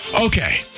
Okay